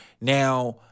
Now